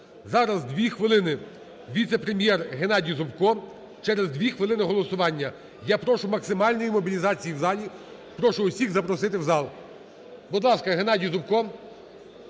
Зараз дві хвилини – віце-прем'єр Геннадій Зубко, через дві хвилини голосування. Я прошу максимальної мобілізації в залі. Прошу усіх запросити в зал. Будь ласка, Геннадій Зубко.